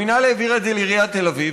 המינהל העביר את זה לעיריית תל אביב,